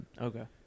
Okay